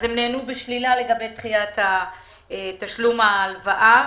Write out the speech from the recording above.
אבל הם נענו בשלילה לגבי דחיית תשלום ההלוואה